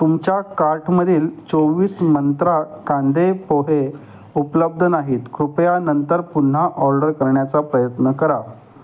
तुमच्या कार्टमधील चोवीस मंत्रा कांदे पोहे उपलब्ध नाहीत कृपया नंतर पुन्हा ऑर्डर करण्याचा प्रयत्न करा